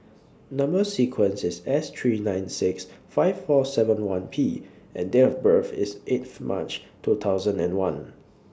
Number sequence IS S three nine six five four seven one P and Date of birth IS eighth March two thousand and one